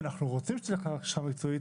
ואנחנו רוצים שתלך להכשרה מקצועית,